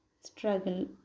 struggle